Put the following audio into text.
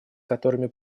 которыми